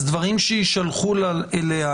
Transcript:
אז דברים שיישלחו אליה,